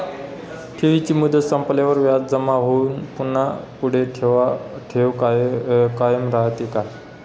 ठेवीची मुदत संपल्यावर व्याज जमा होऊन पुन्हा पुढे ठेव कायम राहते का?